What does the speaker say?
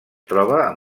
troba